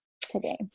today